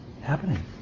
happening